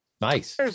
Nice